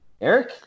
Eric